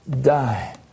die